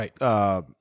right